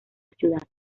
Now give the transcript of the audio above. ciudad